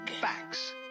facts